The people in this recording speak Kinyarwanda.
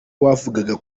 wavugaga